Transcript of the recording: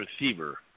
receiver